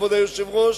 כבוד היושב-ראש,